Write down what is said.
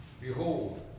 Behold